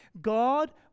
God